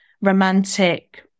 romantic